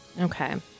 Okay